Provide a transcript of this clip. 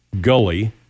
gully